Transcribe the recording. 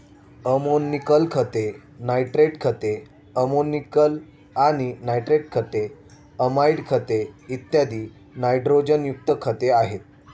ammoniacal खते, nitrate खते, ammoniacal आणि नायट्रेट खते, अमाइड खते, इत्यादी नायट्रोजनयुक्त खते आहेत